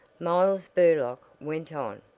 miles burlock went on.